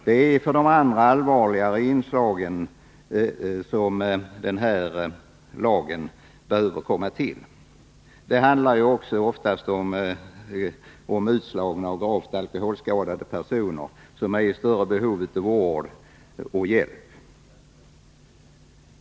Det är för alkoholförtäring vid helt andra tillfällen och av ett allvarligare slag som lagen bör komma till. Här handlar det också om utslagna och gravt alkoholskadade personer som är i stort behov av vård och hjälp.